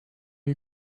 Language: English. you